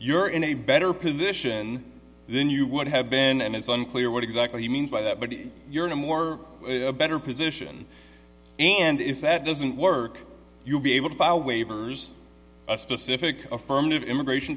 you're in a better position then you would have been and it's unclear what exactly you mean by that but if you're in a more better position and if that doesn't work you'll be able to file waivers a specific affirmative immigration